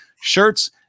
shirts